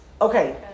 Okay